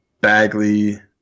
bagley